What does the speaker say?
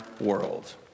world